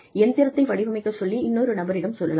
இயந்திரத்தை வடிவமைக்கச் சொல்லி இன்னொரு நபரிடம் சொல்லலாம்